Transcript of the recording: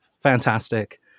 fantastic